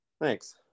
Thanks